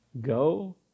Go